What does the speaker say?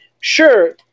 Sure